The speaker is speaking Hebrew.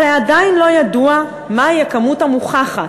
הרי עדיין לא ידוע מהי הכמות המוכחת,